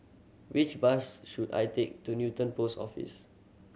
which bus should I take to Newton Post Office